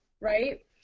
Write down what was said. right